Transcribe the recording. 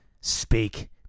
Speak